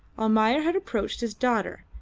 almayer had approached his daughter,